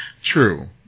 True